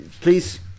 Please